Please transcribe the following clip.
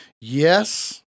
Yes